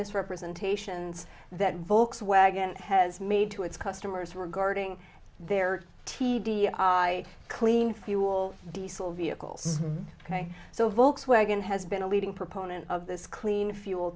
misrepresentations that volkswagen has made to its customers regarding their t d i clean fuel diesel vehicles ok so volkswagen has been a leading proponent of this clean fuel